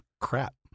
crap